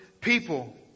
people